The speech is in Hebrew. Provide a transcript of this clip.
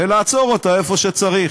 ולעצור אותה במקום שצריך,